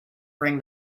bring